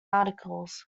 articles